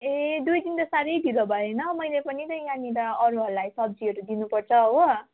ए दुई दिन त साह्रै ढिलो भएन मैले पनि त यहाँनिर अरूहरूलाई सब्जीहरू दिनुपर्छ हो